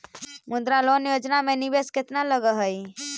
मुद्रा लोन योजना में निवेश केतना लग हइ?